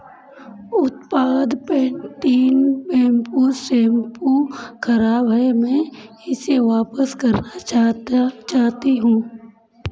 उत्पाद Pantene bamboo shampoo खराब है मैं इसे वापस करना चाहता चाहती हूँ